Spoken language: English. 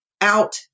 out